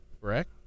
correct